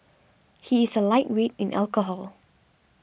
he is a lightweight in alcohol